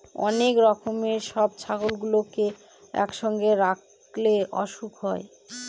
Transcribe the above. অনেক রকমের সব ছাগলগুলোকে একসঙ্গে রাখলে অসুখ হয়